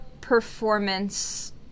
performance